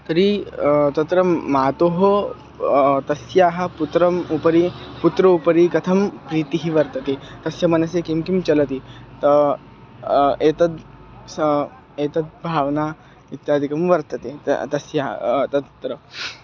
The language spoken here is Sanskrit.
तर्हि तत्र मातुः तस्याः पुत्रम् उपरि पुत्रोपरि कथं प्रीतिः वर्तते तस्य मनसि किं किं चलति त एतत् सा एतद्भावना इत्यादिकं वर्तते त तस्याः तत्र